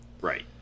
right